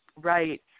Right